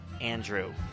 Andrew